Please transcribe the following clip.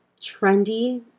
trendy